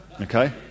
okay